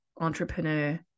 entrepreneur